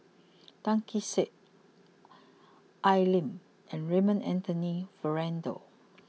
Tan Kee Sek Al Lim and Raymond Anthony Fernando